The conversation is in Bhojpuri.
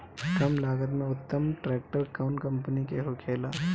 कम लागत में उत्तम ट्रैक्टर कउन कम्पनी के होखेला?